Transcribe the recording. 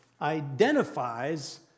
identifies